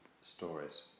stories